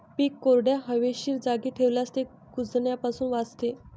पीक कोरड्या, हवेशीर जागी ठेवल्यास ते कुजण्यापासून वाचते